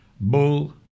Bull